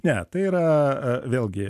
ne tai yra vėlgi